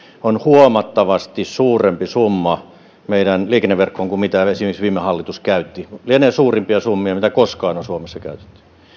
on huomattavasti suurempi summa meidän liikenneverkkoon kuin esimerkiksi viime hallitus käytti se lienee suurimpia summia mitä koskaan on suomessa käytetty